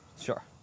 Sure